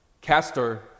Castor